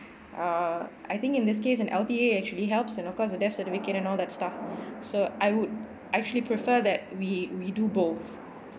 uh I think in this case an L_P_A actually helps and of course the death certificate and all that stuff so I would actually prefer that we we do both